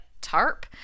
tarp